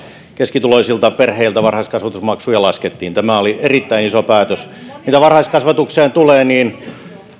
keskituloisilta perheiltä varhaiskasvatusmaksuja laskettiin tämä oli erittäin iso päätös mitä varhaiskasvatukseen tulee